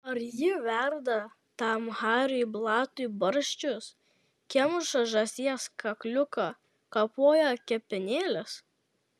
ar ji verda tam hariui blatui barščius kemša žąsies kakliuką kapoja kepenėles